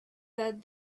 that